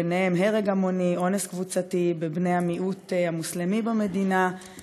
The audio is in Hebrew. ובהם הרג המוני ואונס קבוצתי בבני המיעוט המוסלמי במדינה,